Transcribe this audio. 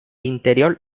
interior